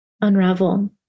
unravel